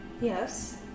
Yes